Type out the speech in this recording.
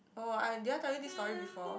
oh I did I tell you this story before